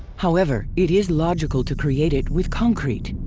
however, it is logical to create it with concrete.